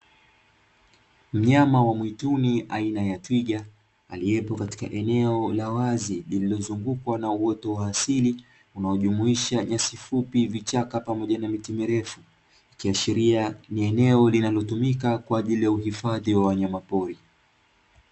Mnyama wa mwituni aina ya twiga aliyepo katika eneo la wazi lililozungukwa na uoto wa asili unaojumuisha nyasi fupi, vichaka, pamoja na miti mirefu ikiashiria ni eneo linalotumika kwa ajili ya uhifadhi wa wanyama pori.